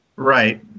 Right